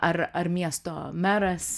ar ar miesto meras